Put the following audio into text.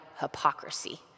hypocrisy